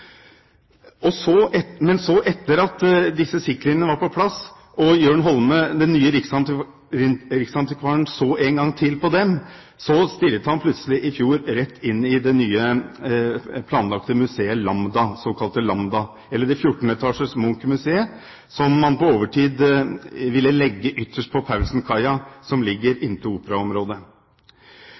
Men så etter at disse siktlinjene var på plass og Jørn Holme, den nye riksantikvaren, så én gang til på dem, stirret han plutselig i fjor rett inn i det nye planlagte museet, det såkalte Lambda, eller det 14 etasjers Munch-museet, som man på overtid ville legge ytterst på Paulsenkaia, som ligger inntil